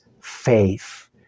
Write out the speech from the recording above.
faith